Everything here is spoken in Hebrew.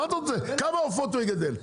כמה עופות הוא יגדל?